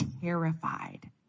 terrified